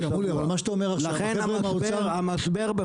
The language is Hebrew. ולכן המשבר בחודש יולי בפתח.